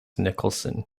nicholson